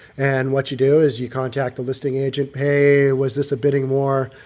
and what you do is you contact the listing agent pay, was this a bidding war?